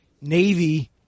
Navy